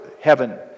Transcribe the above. heaven